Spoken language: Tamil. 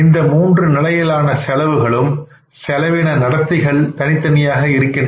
இந்த மூன்று நிலையிலான செலவுகளுக்கும் செலவின நடத்திகள் தனித்தனியாக இருக்கின்றன